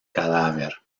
cadáver